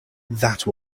that